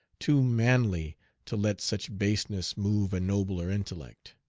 too manly to let such baseness move a nobler intellect.